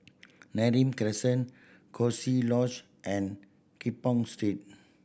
Neram Crescent Coziee Lodge and keep on Street